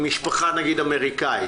שיש להם משפחה אמריקאית.